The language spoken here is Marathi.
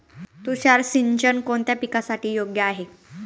तुषार सिंचन कोणत्या पिकासाठी योग्य आहे?